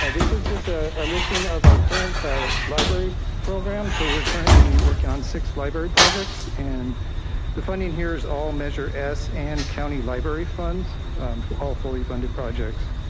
ah this is just a listing of our current ah library programs. so we're currently working on six library projects and the funding here's all measure s and county library funds for, all fully funded projects,